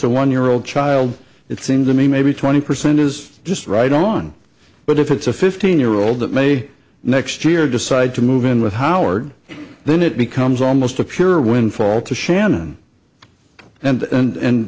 a one year old child it seems to me maybe twenty percent is just right on but if it's a fifteen year old that may next year decide to move in with howard then it becomes almost a pure windfall to shannon and